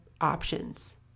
options